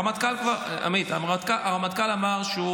עמית, הרמטכ"ל אמר שהוא